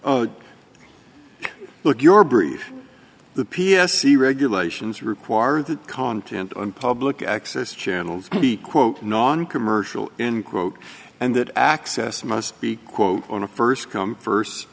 oh look your brief the p s c regulations require that content on public access channels be quote noncommercial end quote and that access must be quote on a first come first